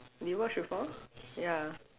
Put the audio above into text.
do you watch before ya